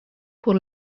pour